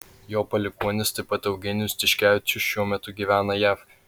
jo palikuonis taip pat eugenijus tiškevičius šiuo metu gyvena jav